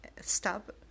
stop